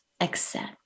accept